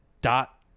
Dot